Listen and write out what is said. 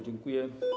Dziękuję.